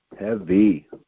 heavy